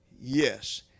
Yes